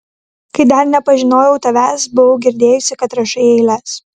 kai dar nepažinojau tavęs buvau girdėjusi kad rašai eiles